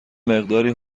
مقداری